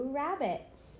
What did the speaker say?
rabbits